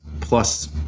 plus